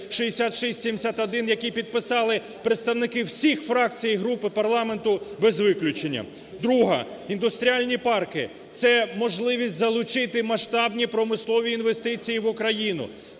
6671, який підписали представники всіх фракцій і груп парламенту без виключення. Друге. Індустріальні парки. Це можливість залучити масштабні промислові інвестиції в Україну.